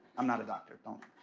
i'm not a doctor, don't.